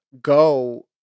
go